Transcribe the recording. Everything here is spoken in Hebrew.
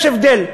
יש הבדל.